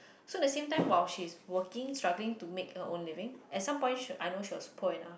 so the same time while she is working struggling to make her own living and some point I know she was poor enough